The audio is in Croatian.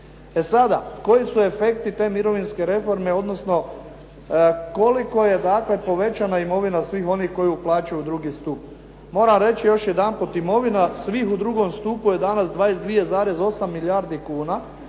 E sada, koji su efekti te mirovinske reforme odnosno koliko je dakle povećana imovina svih onih koji uplaćuju u drugi stup. Moram reći još jedanput, imovina svih u drugom stupu je danas 22,8 milijardi kuna